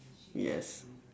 yes